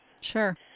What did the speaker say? Sure